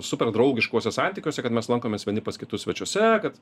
super draugiškuose santykiuose kad mes lankomės vieni pas kitus svečiuose kad